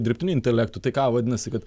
dirbtiniu intelektu tai ką vadinasi kad